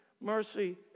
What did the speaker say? mercy